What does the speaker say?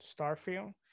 Starfield